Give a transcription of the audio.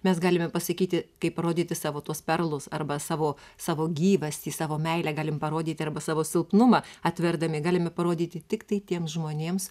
mes galime pasakyti kaip parodyti savo tuos perlus arba savo savo gyvastį savo meilę galim parodyti arba savo silpnumą atverdami galime parodyti tiktai tiems žmonėms